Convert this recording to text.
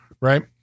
right